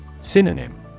Synonym